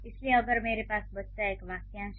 इसलिए अगर मेरे पास "बच्चा" एक वाक्यांश है